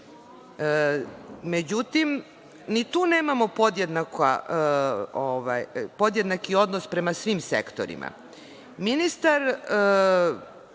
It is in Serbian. ni tu nemamo podjednaki odnos prema svim sektorima.